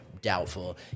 doubtful